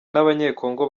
n’abanyekongo